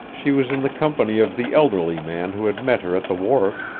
she was in the company of the elderly man who had met her at the wharf,